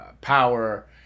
power